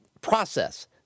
process